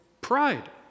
pride